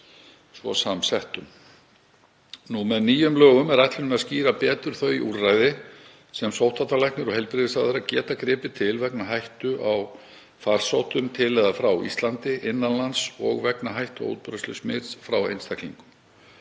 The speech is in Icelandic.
þeim starfshópi. Með nýjum lögum er ætlunin að skýra betur þau úrræði sem sóttvarnalæknir og heilbrigðisráðherra geta gripið til vegna hættu á farsóttum til eða frá Íslandi, innan lands og vegna hættu á útbreiðslu smits frá einstaklingum.